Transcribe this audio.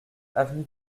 avenue